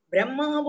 Brahma